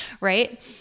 right